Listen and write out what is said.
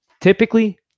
typically